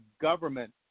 government